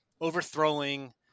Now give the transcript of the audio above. overthrowing